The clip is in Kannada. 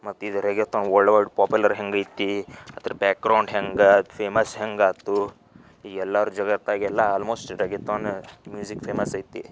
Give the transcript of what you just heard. ಮತ್ತು ಇದರಾಗೆ ತಾವು ವಲ್ಡ್ವಡ್ ಪಾಪ್ಯುಲರ್ ಹೆಂಗೈತಿ ಅದ್ರ ಬ್ಯಾಕ್ಗ್ರೌಂಡ್ ಹೆಂಗೆ ಅದು ಫೇಮಸ್ ಹೇಗಾತು ಈ ಎಲ್ಲರ ಜಗತ್ತಲೆಲ್ಲ ಆಲ್ಮೋಸ್ಟ್ ರೆಗೆತಾನು ಮ್ಯೂಝಿಕ್ ಫೇಮಸ್ ಐತಿ